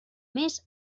més